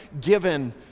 given